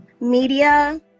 Media